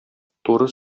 туры